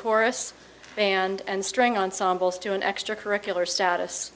chorus and string ensembles to an extracurricular status